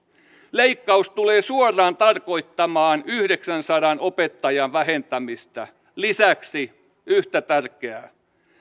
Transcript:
leikkaus tulee suoraan tarkoittamaan yhdeksänsadan opettajan vähentämistä lisäksi yhtä tärkeää